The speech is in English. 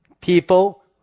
people